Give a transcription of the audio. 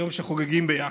היום שחוגגים ביחד,